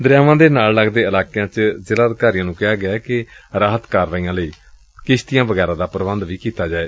ਦਰਿਆਵਾਂ ਦੇ ਨਾਲ ਲਗਦੇ ਇਲਾਕਿਆਂ ਚ ਜ਼ਿਲੁਾ ਅਧਿਕਾਰੀਆਂ ਨੂੰ ਕਿਹਾ ਗਿਐ ਕਿ ਰਾਹਤ ਕਾਰਵਾਈਆਂ ਲਈ ਕਿਸ਼ਤੀਆਂ ਵਗੈਰਾ ਦਾ ਪ੍ਬੰਧ ਕੀਤਾ ਜਾਏ